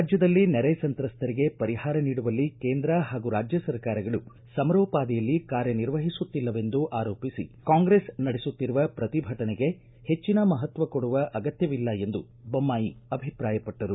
ರಾಜ್ಯದಲ್ಲಿ ನೆರೆ ಸಂತ್ರಸ್ತರಿಗೆ ಪರಿಹಾರ ನೀಡುವಲ್ಲಿ ಕೇಂದ್ರ ಹಾಗೂ ರಾಜ್ಯ ಸರ್ಕಾರಗಳು ಸಮರೋಪಾದಿಯಲ್ಲಿ ಕಾರ್ಯ ನಿರ್ವಹಿಸುತ್ತಿಲ್ಲವೆಂದು ಆರೋಪಿಸಿ ಕಾಂಗ್ರೆಸ್ ನಡೆಸುತ್ತಿರುವ ಪ್ರತಿಭಟನೆಗೆ ಹೆಚ್ಚಿನ ಮಪತ್ವ ಕೊಡುವ ಅಗತ್ಯವಿಲ್ಲ ಎಂದು ಬೊಮ್ನಾಯಿ ಅಭಿಪ್ರಾಯಪಟ್ಟರು